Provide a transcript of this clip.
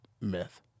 Myth